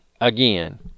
Again